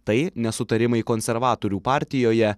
tai nesutarimai konservatorių partijoje